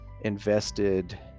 invested